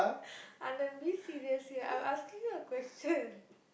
Anand be serious here I'm asking you a question